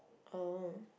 oh